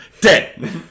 Dead